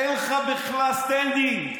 אין לך בכלל standing.